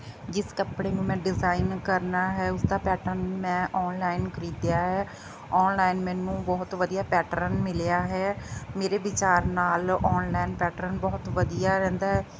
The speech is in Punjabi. ਜਿਸ ਕੱਪੜੇ ਨੂੰ ਮੈਂ ਡਿਜਾਈਨ ਕਰਨਾ ਹੈ ਉਸਦਾ ਪੈਟਰਨ ਮੈਂ ਔਨਲਾਈਨ ਖਰੀਦਿਆ ਹੈ ਔਨਲਾਈਨ ਮੈਨੂੰ ਬਹੁਤ ਵਧੀਆ ਪੈਟਰਨ ਮਿਲਿਆ ਹੈ ਮੇਰੇ ਵਿਚਾਰ ਨਾਲ ਔਨਲਾਈਨ ਪੈਟਰਨ ਬਹੁਤ ਵਧੀਆ ਰਹਿੰਦਾ ਹੈ